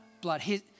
blood